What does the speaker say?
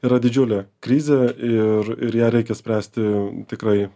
yra didžiulė krizė ir ir ją reikia spręsti tikrai